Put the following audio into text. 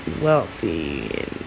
wealthy